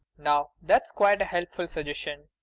now that's quite a helpful suggestion.